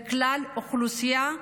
לכלל האוכלוסייה,